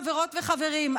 חברות וחברים,